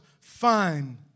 fine